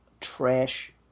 trash